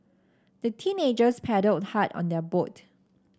the teenagers paddled hard on their boat